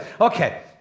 okay